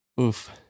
Oof